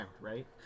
right